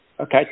Okay